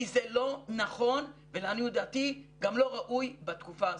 כי זה לא נכון ולעניות דעתי גם לא ראוי בתקופה הזאת.